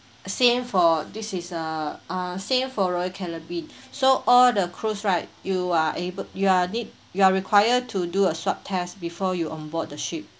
same for this is a err same for all caribbean so all the cruise right you are able you are need you are require to do a short test before you onboard the ship